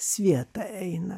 sveta eina